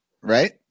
Right